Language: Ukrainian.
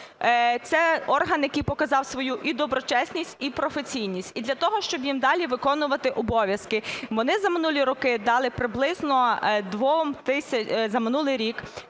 Це орган, який показав свою і доброчесність і професійність. І для того, щоб їм далі виконувати обов'язки, вони за минулі роки дали приблизно, за минулий рік